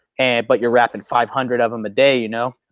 and but you're wrapping five hundred of them a day you know.